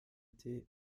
thé